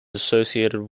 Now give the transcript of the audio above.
associated